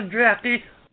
Drafty